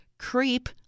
Creep